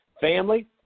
family